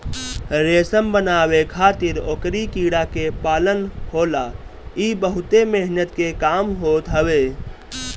रेशम बनावे खातिर ओकरी कीड़ा के पालन होला इ बहुते मेहनत के काम होत हवे